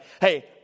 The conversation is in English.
Hey